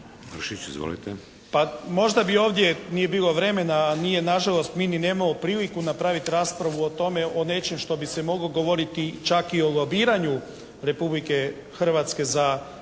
možda bi ovdje, nije bilo vremena, nije nažalost, mi ni nemamo priliku napraviti raspravu o tome, o nečem što bi se moglo govoriti čak i o lobiranju Republike Hrvatske za